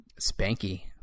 Spanky